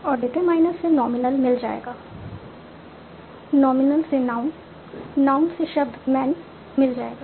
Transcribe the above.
और डिटरमाइनर से नॉमिनल मिल जाएगा नॉमिनल से नाउन नाउन से शब्द मैन मिल जाएगा